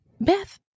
Beth